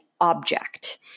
object